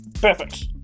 Perfect